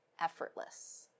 effortless